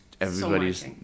everybody's